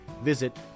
Visit